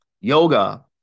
yoga